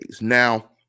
Now